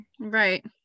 Right